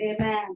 Amen